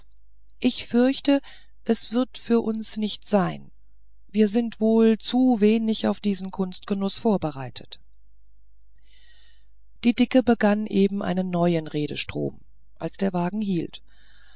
ich fürchte das wird für uns nichts sein wir sind wohl zu wenig auf diesen kunstgenuß vorbereitet die dicke begann eben einen neuen redestrom als der wagen hielt